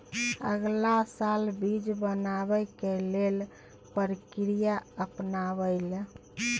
अगला साल बीज बनाबै के लेल के प्रक्रिया अपनाबय?